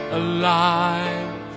alive